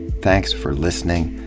thanks for listening.